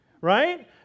right